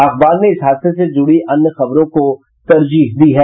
अखबार ने इस हादसे से जुड़ी अन्य खबरों को तरजीह दी है